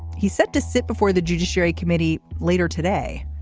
he's set to sit before the judiciary committee later today.